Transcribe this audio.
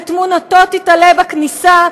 ותמונתו תיתלה בכניסה,